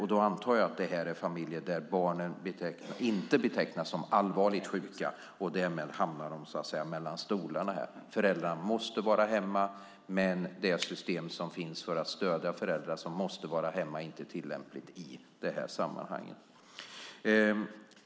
Jag antar att det här är familjer där barnen inte betecknas som allvarligt sjuka, och därmed hamnar de mellan stolarna. Föräldrarna måste vara hemma, men det system som finns för att stödja föräldrar som måste vara hemma är inte tillämpligt i det här sammanhanget.